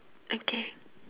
okay